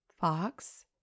Fox